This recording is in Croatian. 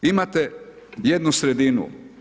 Imate jednu sredinu.